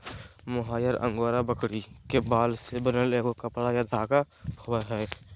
mohair angora बकरी के बाल से बनल एगो कपड़ा या धागा होबैय हइ